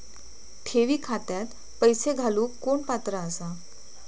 ठेवी खात्यात पैसे घालूक कोण पात्र आसा?